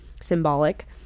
symbolic